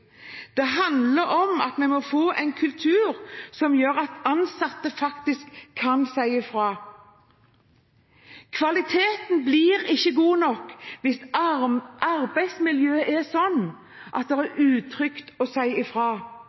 Det handler om at vi må få en kultur som gjør at ansatte faktisk kan si ifra. Kvaliteten blir ikke god nok hvis arbeidsmiljøet er slik at det er utrygt å si ifra.